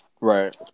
Right